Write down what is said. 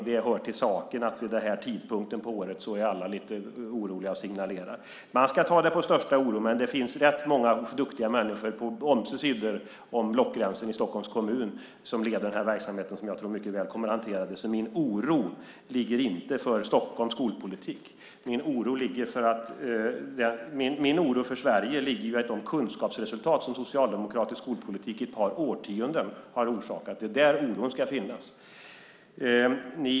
Det hör till saken att alla vid den här tiden på året är lite oroliga och signalerar. Man ska ta det med största oro, men det finns rätt många duktiga människor på ömse sidor av blockgränsen i Stockholms kommun som leder den här verksamheten och som jag tror kommer att hantera det mycket bra. Min oro gäller inte Stockholms skolpolitik. Min oro för Sverige gäller de kunskapsresultat som socialdemokratisk skolpolitik under ett par årtionden har orsakat. Det är där oron ska finnas.